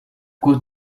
cause